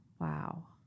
Wow